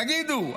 תגידו.